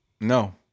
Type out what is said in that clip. No